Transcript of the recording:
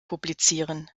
publizieren